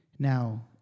Now